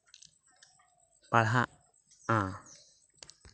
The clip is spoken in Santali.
ᱯᱟᱲᱦᱟᱜᱼᱟ